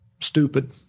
Stupid